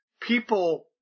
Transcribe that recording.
people